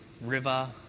river